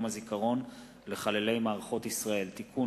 הצעת חוק יום הזיכרון לחללי מערכות ישראל (תיקון,